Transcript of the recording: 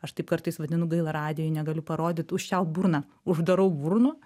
aš taip kartais vadinu gaila radijuj negaliu parodyt užčiaupt burną uždarau burną